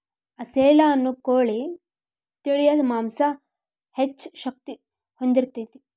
ಅಸೇಲ ಅನ್ನು ಕೋಳಿ ತಳಿಯ ಮಾಂಸಾ ಹೆಚ್ಚ ಶಕ್ತಿ ಹೊಂದಿರತತಿ